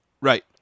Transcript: Right